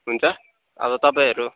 हुन्छ अब तपाईँहरू